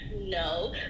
no